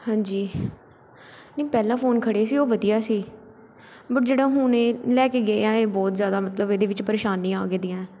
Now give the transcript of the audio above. ਹਾਂਜੀ ਨਹੀਂ ਪਹਿਲਾਂ ਫ਼ੋਨ ਖੜੇ ਸੀ ਉਹ ਵਧੀਆ ਸੀ ਬਟ ਜਿਹੜਾ ਹੁਣ ਇਹ ਲੈ ਕੇ ਗਿਆ ਇਹ ਬਹੁਤ ਜ਼ਿਆਦਾ ਮਤਲਬ ਇਹਦੇ ਵਿੱਚ ਪਰੇਸ਼ਾਨੀਆਂ ਆਗੇ ਦੀਆਂ